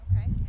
Okay